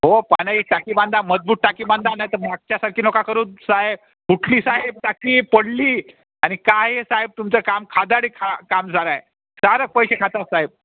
हो पाण्याची टाकी बांधा मजबूत टाकी बांधा नाही त मागच्यासारखी नका करू साहेब कुठली साहेब टाकी पडली आणि काय आहे साहेब तुमचं काम खादाडी खा काम झालं आहे सारं पैसे खातात साहेब